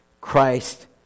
Christ